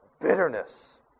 bitterness